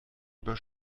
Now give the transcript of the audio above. über